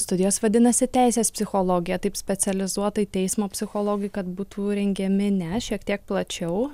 studijos vadinasi teisės psichologija taip specializuotai teismo psichologai kad būtų rengiami ne šiek tiek plačiau